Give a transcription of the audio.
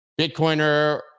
Bitcoiner